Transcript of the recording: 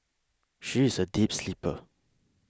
she is a deep sleeper